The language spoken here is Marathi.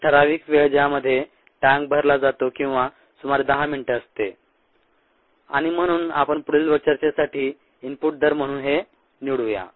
एक ठराविक वेळ ज्यामध्ये टँक भरला जातो किंवा ती सुमारे 10 मिनिटे असते आणि म्हणून आपण पुढील चर्चेसाठी इनपुट दर म्हणून हे निवडूया